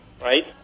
right